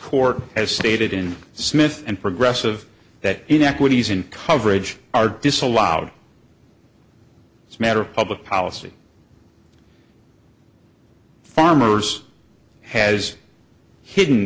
court has stated in smith and progressive that inequities in coverage are disallowed as a matter of public policy farmers has hidden